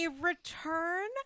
return